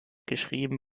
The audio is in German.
geschrieben